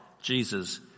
Jesus